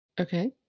Okay